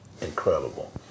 incredible